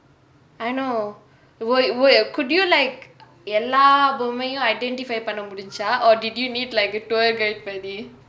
I know were were could you like எல்லா பொம்மையும்:ella bommaiyum identify பண்ண முடுஞ்சுச்சா:panna mudinjuchaa or did you need like a tour guide மாரி:maari